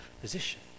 position